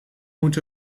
moet